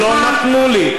לא נתנו לי.